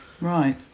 Right